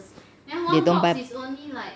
they don't buy